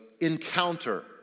encounter